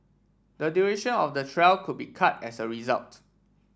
the duration of the trial could be cut as a result